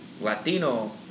Latino